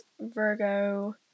Virgo